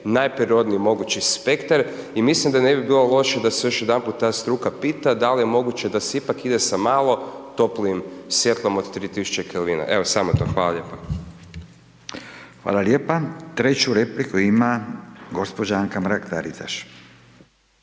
najprirodniji mogući spektar i mislim da ne bi bilo loše da se još jedanput ta struka pita dal je moguće da se ipak ide sa malo toplijim svjetlom od 3000 kelvina, evo, samo to, hvala lijepa. **Radin, Furio (Nezavisni)** Hvala lijepa. Treću repliku ima gđa. Anka Mrak Taritaš.